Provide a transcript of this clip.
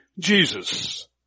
Jesus